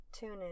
TuneIn